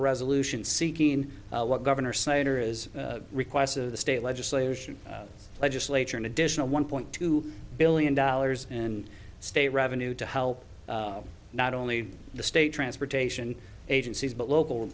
a resolution seeking what governor snyder is requests of the state legislation legislature an additional one point two billion dollars in state revenue to help not only the state transportation agencies but local